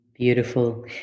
Beautiful